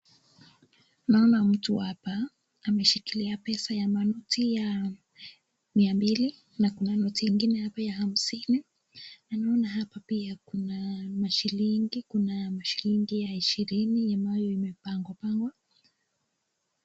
Naona mtu hapa, ameshikilia pesa ya manoti ya mia mbili, na kuna noti ingine hapa ya hamsini, naona hapa pia kuna mashilingi, kuna mashilingi ya ishirini ambayo imepangwa pangwa .